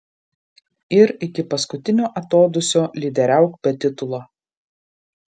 ir iki paskutinio atodūsio lyderiauk be titulo